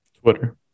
Twitter